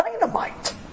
dynamite